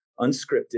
unscripted